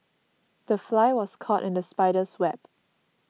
the fly was caught in the spider's web